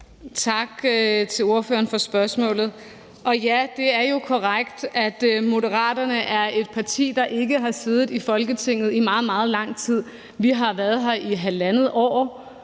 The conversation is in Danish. Tak til ordføreren for spørgsmålet. Og ja, det er jo korrekt, at Moderaterne er et parti, der ikke har siddet i Folketinget i meget, meget lang tid. Vi har været her i halvandet år,